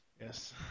Yes